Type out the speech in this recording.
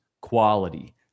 quality